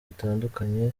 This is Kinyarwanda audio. bitandukanye